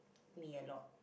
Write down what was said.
me a lot